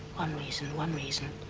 one reason. one reason,